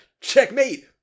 Checkmate